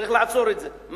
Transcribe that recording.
צריך לעצור את זה מהר,